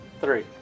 Three